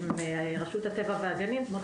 רשות הטבע והגנים זאת אומרת,